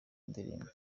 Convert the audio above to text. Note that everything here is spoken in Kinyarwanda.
indirimbo